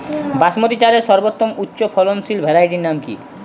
বাসমতী চালের সর্বোত্তম উচ্চ ফলনশীল ভ্যারাইটির নাম কি?